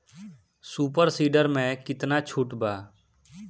Super seeder मै कितना छुट बा?